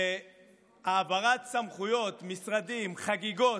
נמשך בהעברת סמכויות, משרדים, חגיגות,